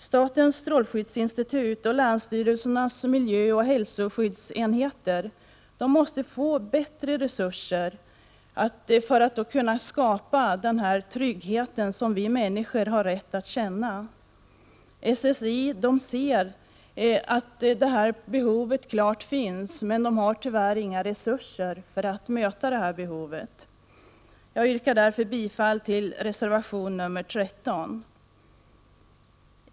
Statens strålskyddsinstitut och länsstyrelsernas miljöoch hälsoskyddsenheter måste få bättre resurser att skapa den trygghet som vi människor har rätt att känna. SSI ser klart att ett sådant behov finns, men har tyvärr inga resurser för att möta det. Jag yrkar bifall till reservation nr 13.